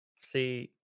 See